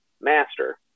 master